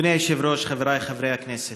אדוני היושב-ראש, חבריי חברי הכנסת,